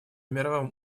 мировом